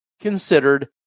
considered